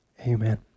Amen